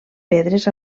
pedres